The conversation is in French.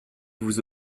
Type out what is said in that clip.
vous